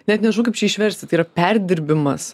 net nežinai kaip čia išversti tai yra perdirbimas